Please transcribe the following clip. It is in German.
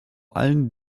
allen